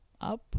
up